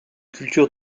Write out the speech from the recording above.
culture